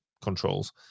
controls